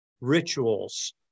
rituals